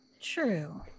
True